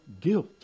guilt